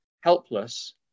helpless